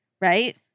right